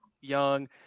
young